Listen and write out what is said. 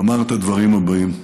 אמר את הדברים האלה: